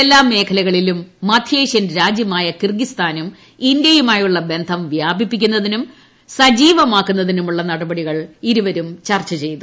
എല്ലാ മേഖലകളിലും മധ്യേഷ്യൻ രാജ്യമായ കിർഗിസ്ഥാനും ഇന്ത്യയുമായുള്ള ബന്ധം വ്യാപിപ്പിക്കുന്നതിനും സജീവമാക്കുന്നതിനുമുള്ള നടപടികൾ ഇരുവരും ചർച്ചു ചെയ്തു